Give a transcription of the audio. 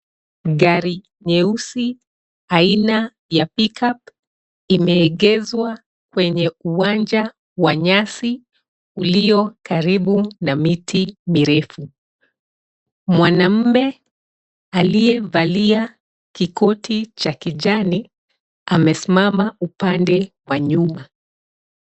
Gari nyeusi aina ya pickup imeegeshwa kwenye uwanja wa nyasi ulio karibu na miti mirefu. Mwanamume aliyevalia kikoti cha kijani amesimama upande wa nyuma.